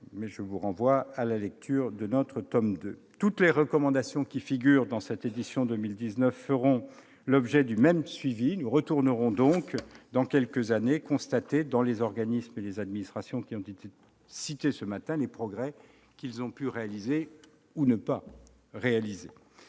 mais je vous renvoie à la lecture du tome II de notre rapport. Toutes les recommandations qui figurent dans cette édition 2019 feront l'objet du même suivi : nous retournerons donc, dans quelques années, constater, dans les organismes et les administrations qui ont été cités ce matin, les progrès qu'ils auront réalisés ou non. Monsieur